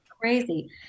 crazy